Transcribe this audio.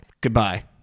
Goodbye